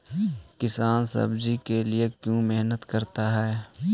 किसान सब्जी के लिए क्यों मेहनत करता है?